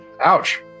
ouch